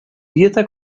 dieta